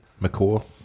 McCaw